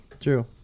True